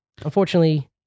unfortunately